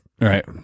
Right